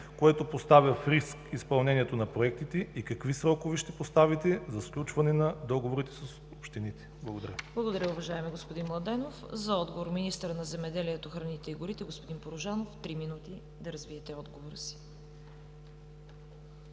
което поставя в риск изпълнението на проектите, и какви срокове ще поставите за сключване на договорите с общините? Благодаря. ПРЕДСЕДАТЕЛ ЦВЕТА КАРАЯНЧЕВА: Благодаря, уважаеми господин Младенов. За отговор – министърът на земеделието, храните и горите. Господин Порожанов, заповядайте да развиете отговора си.